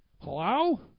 Hello